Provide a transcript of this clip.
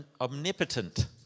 omnipotent